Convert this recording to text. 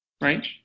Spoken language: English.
Right